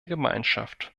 gemeinschaft